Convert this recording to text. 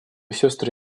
сестры